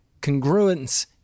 congruence